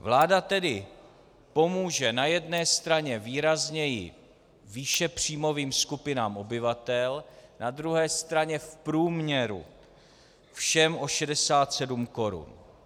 Vláda tedy pomůže na jedné straně výrazněji výše příjmovým skupinám obyvatel, na druhé straně v průměru všem o 67 korun.